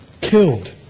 killed